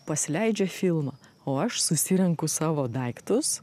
pasileidžia filmą o aš susirenku savo daiktus